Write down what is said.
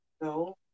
No